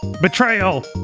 Betrayal